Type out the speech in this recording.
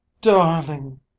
Darling